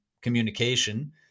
communication